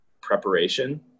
preparation